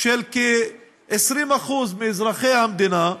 של כ-20% מאזרחי המדינה,